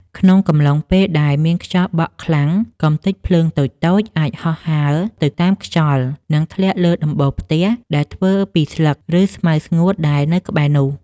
ក្នុងកំឡុងពេលដែលមានខ្យល់បក់ខ្លាំង កម្ទេចភ្លើងតូចៗអាចហោះហើរទៅតាមខ្យល់ និងធ្លាក់លើដំបូលផ្ទះដែលធ្វើពីស្លឹក ឬស្មៅស្ងួតដែលនៅក្បែរនោះ។